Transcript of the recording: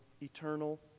eternal